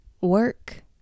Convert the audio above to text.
work